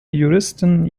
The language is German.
juristen